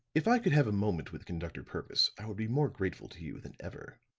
if i could have a moment with conductor purvis, i would be more grateful to you than ever.